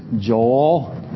Joel